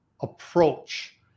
approach